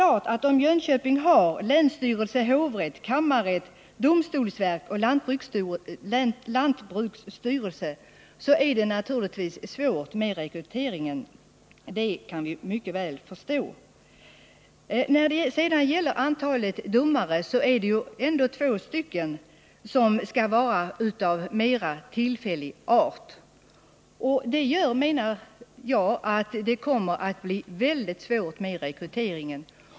Eftersom Jönköping har länsstyrelse, hovrätt, kammarrätt, domstolsverk och lantbruksstyrelse kan det vara svårt med rekryteringen. Det kan vi mycket väl förstå. å När det sedan gäller antalet domare så föreslås tillsättandet av sju domare. Det gör, menar jag, att det kommer att bli mycket svårt med rekryteringen.